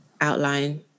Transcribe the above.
outline